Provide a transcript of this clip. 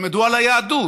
ילמדו על היהדות